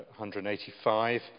185